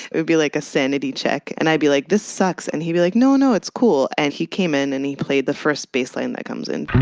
it'd be like a sanity check and i'd be like, this sucks. and he'd be like, no, no, it's cool. and he came in and he played the first baseline that comes in.